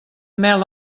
mel